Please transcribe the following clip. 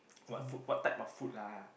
what food what type of food lah